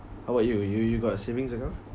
how about you you you got a savings account